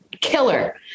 killer